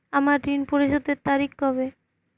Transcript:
আমার ঋণ পরিশোধের তারিখ কবে?